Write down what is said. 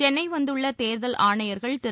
சென்னை வந்துள்ள தேர்தல் ஆணையர்கள் திரு